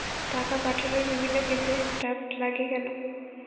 টাকা পাঠানোর বিভিন্ন ক্ষেত্রে ড্রাফট লাগে কেন?